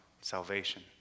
salvation